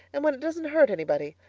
and when it doesn't hurt anybody?